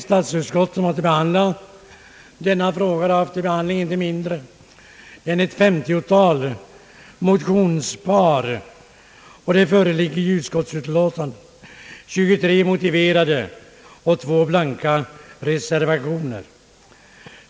Statsutskottets tredje avdelning har till behandling haft inte mindre än ett 50 tal motionspar, och till utlåtandet är fogade 23 motiverade och två blanka reservationer.